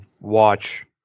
watch